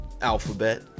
Alphabet